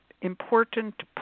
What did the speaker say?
important